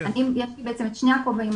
יש לי את שני הכובעים.